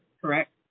correct